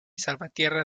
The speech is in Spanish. salvatierra